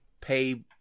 pay